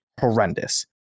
horrendous